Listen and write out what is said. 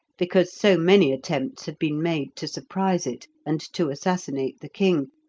because so many attempts had been made to surprise it, and to assassinate the king,